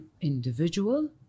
individual